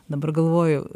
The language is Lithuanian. dabar galvoju